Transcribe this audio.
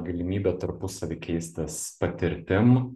galimybė tarpusavy keistis patirtim